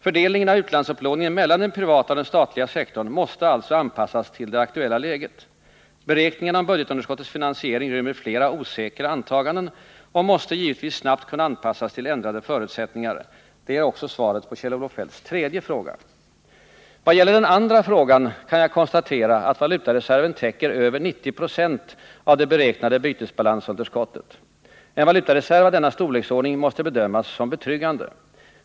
Fördelningen av utlandsupplåningen mellan den privata och den statliga sektorn måste alltså anpassas till det aktuella läget. Beräkningarna om budgetunderskottets finansiering rymmer flera osäkra antaganden och måste givetvis snabbt kunna anpassas till ändrade förutsättningar. Det är också Vad gäller den andra frågan kan jag konstatera att valutareserven täcker över 90 90 av det beräknade bytesbalansunderskottet. En valutareserv av denna storleksordning måste bedömas som betryggande.